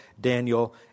Daniel